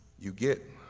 you get